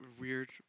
weird